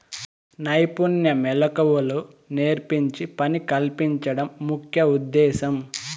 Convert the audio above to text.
నైపుణ్య మెళకువలు నేర్పించి పని కల్పించడం ముఖ్య ఉద్దేశ్యం